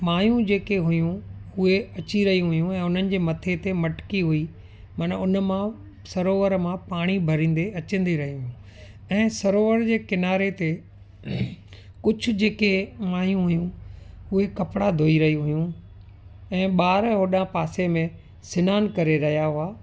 मायूं जेके हुयूं उहे अची रहियूं हुयूं उन्हनि जे मथे ते मटकी हुई माना उनमां सरोवर मां पाणी भरींदे अचंदी रहियूं ऐं सरोवर के किनारे ते कुझु जेके मायूं हुयूं उहे कपिड़ा धोई रहियूं हुयूं ऐं ॿार होॾांहं पासे में सनानु करे रहिया हुआ